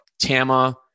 Tama